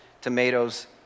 tomatoes